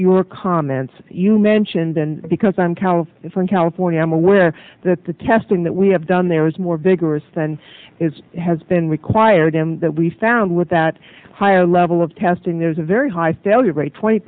your comments you mentioned and because i'm callous from california i'm aware that the testing that we have done there is more vigorous than it has been required and that we found with that higher level of testing there's a very high failure rate twenty